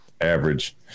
average